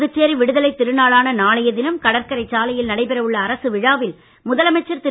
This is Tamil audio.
புதுச்சேரி விடுதலைத் திருநாளான நாளைய தினம் கடற்கரைச் சாலையில் நடைபெற உள்ள அரசு விழாவில் முதலமைச்சர் திரு